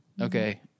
Okay